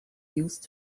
used